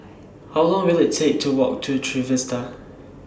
How Long Will IT Take to Walk to Trevista